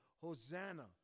Hosanna